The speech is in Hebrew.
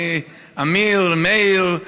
עמיר ומאיר,